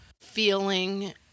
feeling